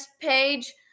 page